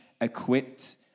equipped